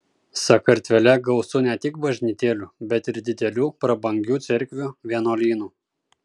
sakartvele gausu ne tik bažnytėlių bet ir didelių prabangių cerkvių vienuolynų